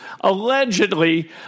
allegedly